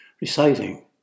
reciting